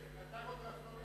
הטכוגרף,